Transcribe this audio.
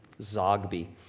Zogby